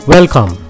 Welcome